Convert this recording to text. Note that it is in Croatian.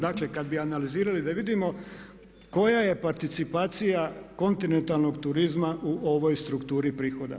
Dakle, kad bi analizirali da vidimo koja je participacija kontinentalnog turizma u ovoj strukturi prihoda.